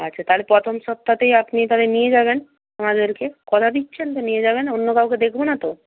আচ্ছা তাহলে প্রথম সপ্তাহতেই আপনি তাহলে নিয়ে যাবেন আমাদেরকে কথা দিচ্ছেন তো নিয়ে যাবেন অন্য কাউকে দেখব না তো